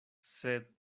sed